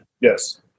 Yes